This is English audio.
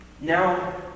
Now